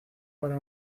para